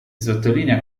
sottolinea